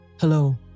hello